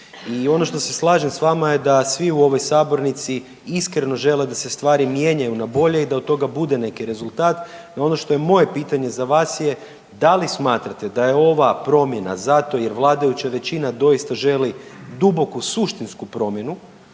I ono što se slažem s vama je da svi u ovoj sabornici iskreno žele da se stvari mijenjaju na bolje i da od toga bude neki rezultat, no ono što je moje pitanje za vas je da li smatrate da je ova promjena zato jer vladajuća većina doista želi duboku suštinsku promjenu